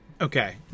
Okay